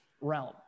realm